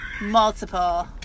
Multiple